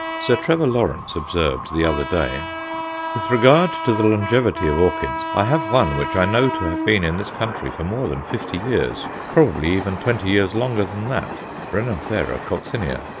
sir trevor lawrence observed the other day with regard to the longevity of orchids, i have one which i know to have been in this country for more than fifty years, probably even twenty years longer than that renanthera coccinea.